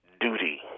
duty